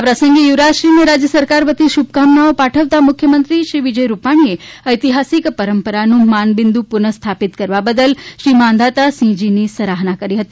આ પ્રસંગે યુવરાજશ્રીને રાજ્ય સરકાર વતી શુભકામનાઓ પાઠવતા મુખ્યમંત્રીશ્રી વિજય રૂપાણીએ ઐતિહાસિક પરંપરાનું માનબિંદુ પુનઃસ્થાપિત કરવા બદલ શ્રી માંધાતાસિંહજીની સરાહના કરી હતી